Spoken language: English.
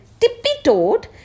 tippy-toed